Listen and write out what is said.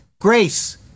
grace